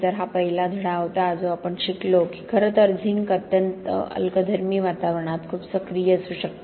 तर हा पहिला धडा होता जो आपण शिकलो की खरं तर झिंक अत्यंत अल्कधर्मी वातावरणात खूप सक्रिय असू शकते